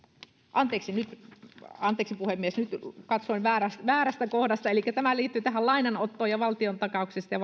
anteeksi puhemies nyt katsoin väärästä väärästä kohdasta elikkä tämä liittyy tähän lainanottoon ja valtiontakauksesta ja